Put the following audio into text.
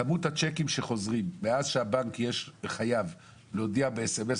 כמות הצ'קים שחוזרים מאז שהבנק חייב להודיע בסמס